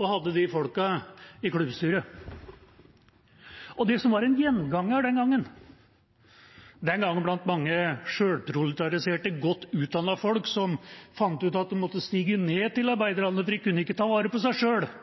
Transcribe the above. og hadde de folkene i klubbstyret. Det som var en gjenganger den gangen blant mange sjølproletariserte, godt utdannede folk – som fant ut at de måtte stige ned til arbeiderne fordi de ikke kunne ta vare på seg sjøl –